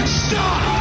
stop